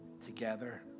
together